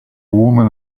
woman